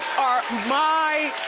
are my